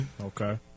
Okay